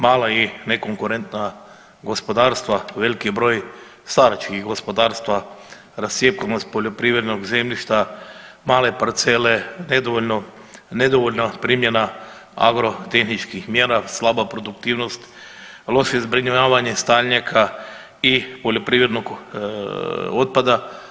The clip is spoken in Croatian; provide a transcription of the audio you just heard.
Mala i nekonkurentna gospodarstva, veliki broj staračkih gospodarstava, rascjepkanost poljoprivrednog zemljišta, male parcele, nedovoljna primjena agrotehničkih mjera, slaba produktivnost, loše zbrinjavanje … i poljoprivrednog otpada.